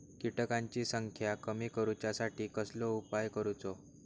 किटकांची संख्या कमी करुच्यासाठी कसलो उपाय करूचो?